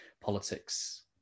politics